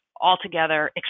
altogether